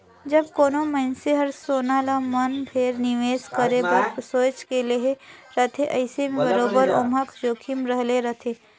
जब कोनो मइनसे हर सोना ल मन भेर निवेस करे बर सोंएच के लेहे रहथे अइसे में बरोबेर ओम्हां जोखिम रहले रहथे